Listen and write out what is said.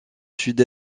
sud